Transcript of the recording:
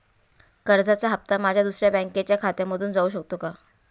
कर्जाचा हप्ता माझ्या दुसऱ्या बँकेच्या खात्यामधून जाऊ शकतो का?